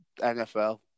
NFL